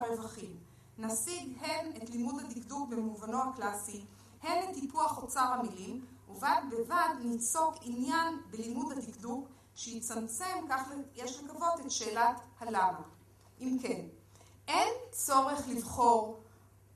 נשיג הם את לימוד הדקדוק במובנו הקלאסי, הן את טיפוח אוצר המילים, ובד בבד נעסוק עניין בלימוד הדקדוק שיצמצם כך יש לקוות את שאלת הלמה. אם כן, אין צורך לבחור.